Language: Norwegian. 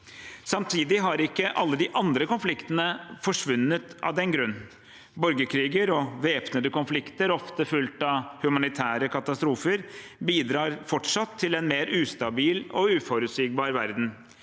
Samtidig har ikke alle de andre konfliktene forsvunnet av den grunn. Borgerkriger og væpnede konflikter, ofte fulgt av humanitære katastrofer, bidrar fortsatt til en mer ustabil og uforutsigbar verden.